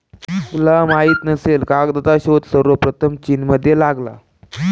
तुला माहित नसेल पण कागदाचा शोध सर्वप्रथम चीनमध्ये लागला